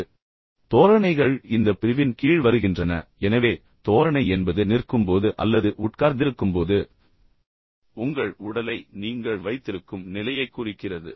இப்போது தோரணைகள் இந்த பிரிவின் கீழ் வருகின்றன எனவே தோரணை என்பது நிற்கும்போது அல்லது உட்கார்ந்திருக்கும்போது உங்கள் உடலை நீங்கள் வைத்திருக்கும் நிலையைக் குறிக்கிறது